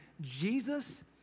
Jesus